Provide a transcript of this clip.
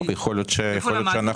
איפה למדתי?